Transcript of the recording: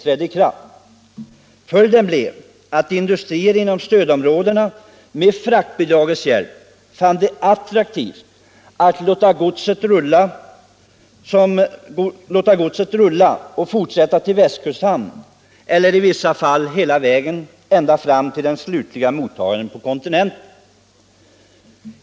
På grund av fraktbidraget fann industrier inom stödområdena det attraktivt att låta godset — som redan rullade — fortsätta rulla till västkusthamn eller i vissa fall hela vägen fram till den slutliga mottagaren på kontinenten.